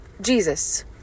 Jesus